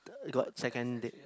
d~ got second date